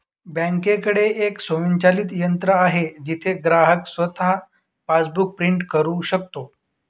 बँकेकडे एक स्वयंचलित यंत्र आहे जिथे ग्राहक स्वतः पासबुक प्रिंट करू शकतो